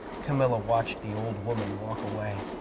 camilla watched the old woman walk away.